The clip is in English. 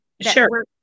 Sure